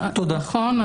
נכון.